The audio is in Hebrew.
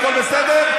הכול בסדר,